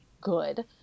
good